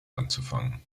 anzufangen